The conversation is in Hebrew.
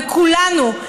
בכולנו,